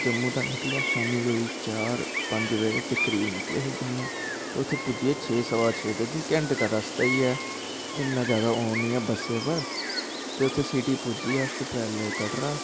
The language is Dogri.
ते जम्मू दा निकले अस कोई शाम्मी दे चार पंज बज़े दे करीब निकले हे ते उत्थै पुज्जे कोई छे सवा छे बड़े रस्ता कोई घैंटे दा गै ऐ इन्ना जादा ओह् नी ऐ बस्सै पर ते उत्थै पुज्जी गे अस सीटी कटरा